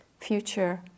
future